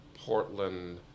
Portland